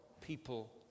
people